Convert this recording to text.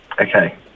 Okay